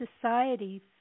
society